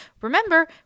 remember